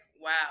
wow